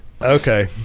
Okay